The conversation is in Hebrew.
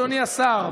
אדוני השר,